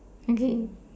okay